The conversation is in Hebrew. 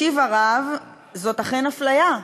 השיב הרב: זאת אכן אפליה,